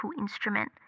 instrument